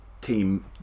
team